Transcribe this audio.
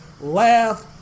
laugh